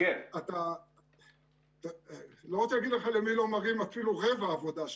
אני לא רוצה להגיד לך למי לא מראים אפילו רבע עבודה.